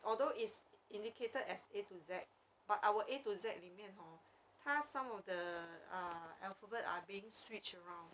although it's indicated as A to Z but our A to Z 里面 hor 他 some of the ah alphabet are being switched around